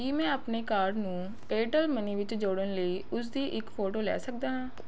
ਕੀ ਮੈਂ ਆਪਣੇ ਕਾਰਡ ਨੂੰ ਏਅਰਟੈੱਲ ਮਨੀ ਵਿੱਚ ਜੋੜਨ ਲਈ ਉਸਦੀ ਇੱਕ ਫੋਟੋ ਲੈ ਸਕਦਾ ਹਾਂ